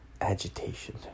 agitation